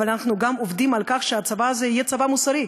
אבל אנחנו גם עובדים על כך שהצבא הזה יהיה צבא מוסרי.